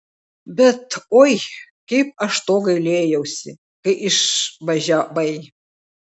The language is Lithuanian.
bet oi kaip aš to gailėjausi kai išvažiavai